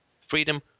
freedom